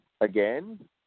again